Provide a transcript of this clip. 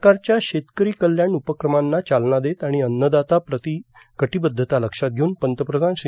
सरकारच्या शेतकरी कल्याण उपक्रमांना चालना देत आणि अन्नदाता प्रति कटिबद्धता लक्षात घेऊन पंतप्रधान श्री